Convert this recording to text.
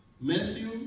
Matthew